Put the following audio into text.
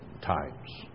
times